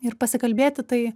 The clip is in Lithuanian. ir pasikalbėti tai